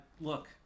look